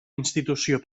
institució